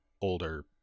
older